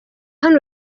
hano